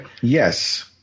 Yes